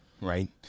right